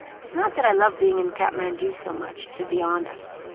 it's not that i love being in kathmandu so much, to be honest.